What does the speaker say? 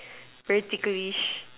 very ticklish